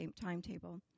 timetable